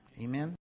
Amen